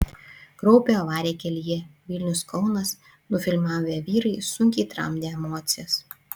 kraupią avariją kelyje vilnius kaunas nufilmavę vyrai sunkiai tramdė emocijas